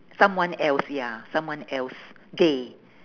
someone else ya someone else day